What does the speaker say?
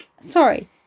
Sorry